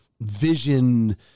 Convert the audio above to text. vision